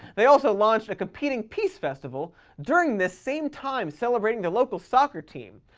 they also launched a competing peace festival during this same time, celebrating the local soccer team,